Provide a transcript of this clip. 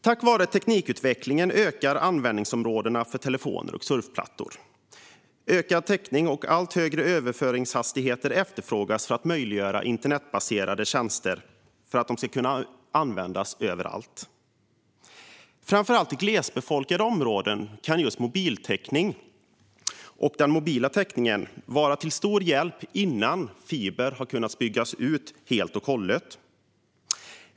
Tack vare teknikutvecklingen ökar användningsområdena för telefoner och surfplattor. Ökad täckning och allt högre överföringshastighet efterfrågas för att möjliggöra att de internetbaserade tjänsterna ska kunna användas överallt. Framför allt i glesbefolkade områden kan just mobiltäckningen vara till stor hjälp innan fiber har kunnat byggas ut helt och hållet.